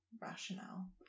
rationale